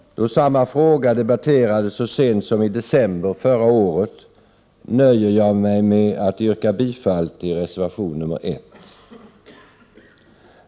Då samma fråga debatterades så sent som i december förra året, nöjer jag mig med att yrka bifall till reservation nr 1.